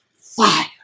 fire